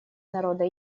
народа